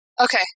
Okay